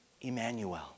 Emmanuel